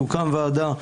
תוקם ועדה,